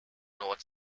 north